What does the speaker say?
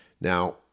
Now